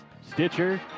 Stitcher